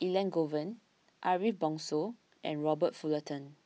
Elangovan Ariff Bongso and Robert Fullerton